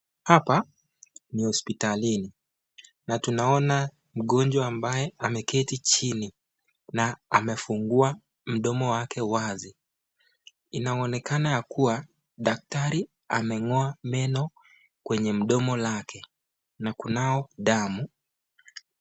Hapa ni hospitalini na tunaona mgonjwa ambaye ameketi chini na amefungua mdomo wake wasi inaonekana ya kuwa daktari amengoa meno kwenye mdomo wake na kunao damu